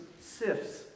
sifts